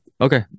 Okay